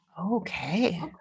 okay